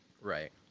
Right